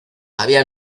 había